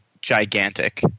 gigantic